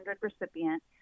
recipient